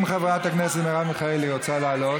אם חברת הכנסת מרב מיכאלי רוצה לעלות,